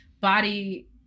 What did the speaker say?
body